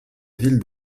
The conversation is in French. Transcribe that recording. ville